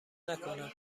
نکنم